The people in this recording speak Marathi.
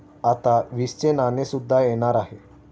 आता वीसचे नाणे सुद्धा येणार आहे